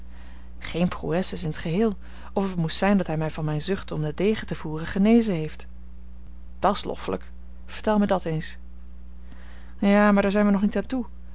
geen prouesses in t geheel of het moest zijn dat hij mij van mijne zucht om den degen te voeren genezen heeft dat's loffelijk vertel mij dat eens ja maar daar zijn we nog niet